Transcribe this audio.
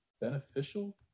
beneficial